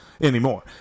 Anymore